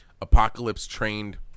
apocalypse-trained